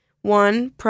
One